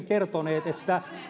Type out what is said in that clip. kertoneet että